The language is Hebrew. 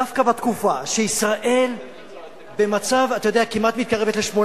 דווקא בתקופה שישראל במצב שהיא כמעט מתקרבת ל-8